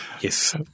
Yes